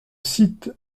site